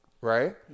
right